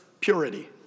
purity